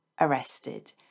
arrested